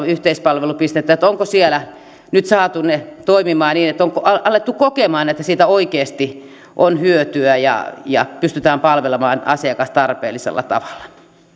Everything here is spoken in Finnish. yhteispalvelupistettä satakahdeksankymmentäkahdeksan onko siellä nyt saatu ne toimimaan niin että on alettu kokemaan että siitä oikeasti on hyötyä ja ja pystytään palvelemaan asiakas tarpeellisella tavalla